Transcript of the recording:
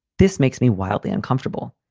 this makes me wildly uncomfortable.